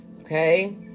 Okay